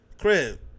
Crib